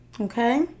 Okay